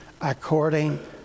according